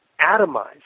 atomized